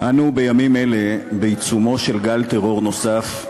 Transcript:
בימים אלה אנו בעיצומו של גל טרור נוסף,